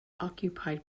occupied